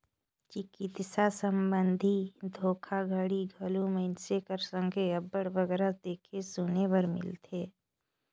चिकित्सा संबंधी धोखाघड़ी घलो मइनसे कर संघे अब्बड़ बगरा देखे सुने बर मिलथे